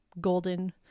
golden